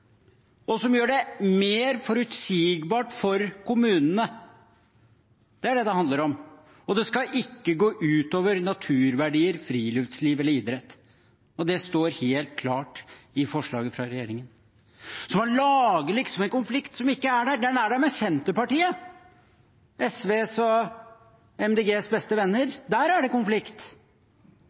og som gjør det mer forutsigbart for kommunene. Det er det det handler om, og det skal ikke gå ut over naturverdier, friluftsliv eller idrett. Det står helt klart i forslaget fra regjeringen. Man lager liksom en konflikt som ikke er der, men den er der med Senterpartiet, SVs og MDGs beste venner. Der er det konflikt.